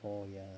oh ya